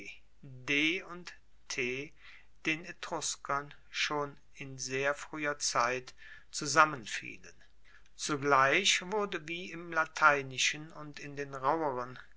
und t den etruskern schon in sehr frueher zeit zusammenfielen zugleich wurde wie im lateinischen und in den rauheren